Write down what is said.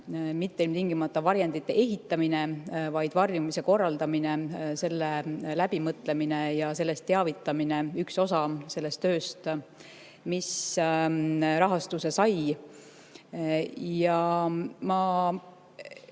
mitte ilmtingimata varjendite ehitamine, vaid varjumise korraldamine, selle läbimõtlemine ja sellest teavitamine üks osa sellest tööst, mis rahastuse sai. Ma ei